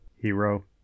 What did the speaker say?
Hero